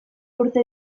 urte